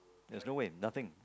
there was no way nothing